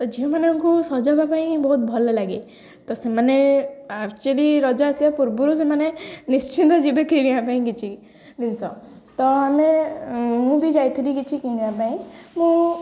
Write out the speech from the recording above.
ତ ଝିଅମାନଙ୍କୁ ସଜବାଜ ପାଇଁ ବହୁତ ଭଲ ଲାଗେ ତ ସେମାନେ ଆକ୍ଚୁଲି ରଜ ଆସିବା ପୂର୍ବରୁ ସେମାନେ ନିଶ୍ଚିନ୍ତ ଯିବେ କିଣିବା ପାଇଁ କିଛି ଜିନିଷ ତ ଆମେ ମୁଁ ବି ଯାଇଥିଲି କିଛି କିଣିବା ପାଇଁ ମୁଁ